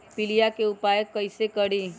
पीलिया के उपाय कई से करी?